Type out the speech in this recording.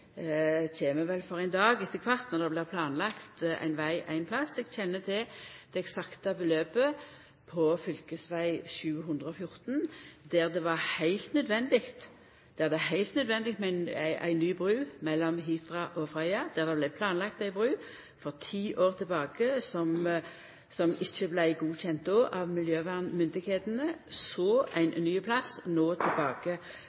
for ein dag etter kvart når det blir planlagt ein veg ein plass. Eg kjenner til det eksakte beløpet på fv. 714, der det var heilt nødvendig med ei ny bru mellom Hitra og Frøya. Der vart det planlagd ei bru for ti år tilbake som ikkje vart godkjend av miljømyndigheitene – så ein ny stad og no tilbake